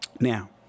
Now